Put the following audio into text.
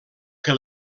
que